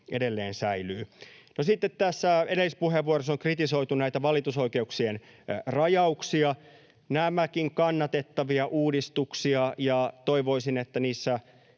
edelleen säilyy. No, sitten edellisissä puheenvuoroissa on kritisoitu näitä valitusoikeuksien rajauksia. Nämäkin ovat kannatettavia uudistuksia, ja toivoisin, että niissä